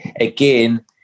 again